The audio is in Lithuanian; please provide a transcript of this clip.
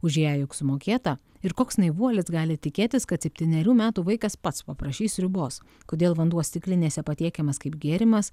už ją juk sumokėta ir koks naivuolis gali tikėtis kad septynerių metų vaikas pats paprašys sriubos kodėl vanduo stiklinėse patiekiamas kaip gėrimas